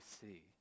see